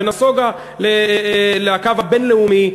ונסוגה לקו הבין-לאומי,